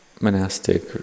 monastic